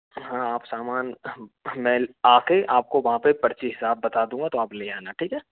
हाँ आप सामान मैं आके आपको वहाँ पर पर्ची हिसाब बता दूँगा तो आप ले आना ठीक है